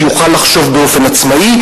שיוכל לחשוב באופן עצמאי,